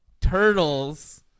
turtles